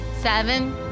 Seven